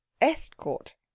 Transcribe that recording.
Estcourt